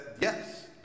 yes